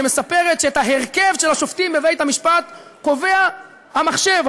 שמספרת שאת ההרכב של השופטים בבית-המשפט קובע המחשב,